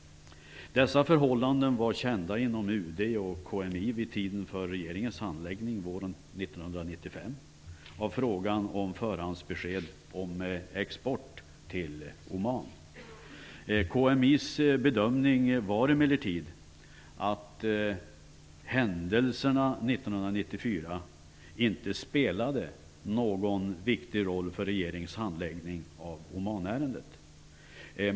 Dessa förhållanden var kända inom UD och KMI vid tiden för regeringens handläggning våren 1995 av frågan om förhandsbesked om export till Oman. KMI:s bedömning var emellertid att händelserna 1994 inte spelade någon viktig roll för regeringens handläggning av Omanärendet.